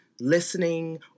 listening